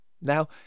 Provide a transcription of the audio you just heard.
Now